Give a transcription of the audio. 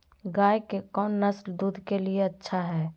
गाय के कौन नसल दूध के लिए अच्छा है?